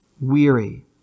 weary